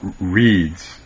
reads